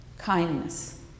kindness